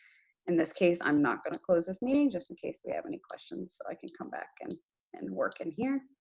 in this case, i'm not going to close this meeting, just in case we have any questions, so i can come back and and work in here.